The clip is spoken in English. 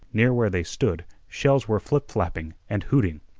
near where they stood shells were flip-flapping and hooting.